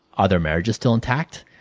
are their marriages still intact?